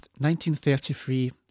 1933